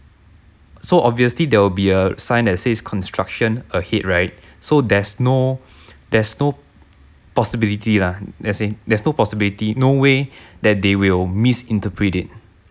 so obviously there will be a sign that says construction ahead right so there's no there's no possibility lah let's say there's no possibility no way that they will misinterpret it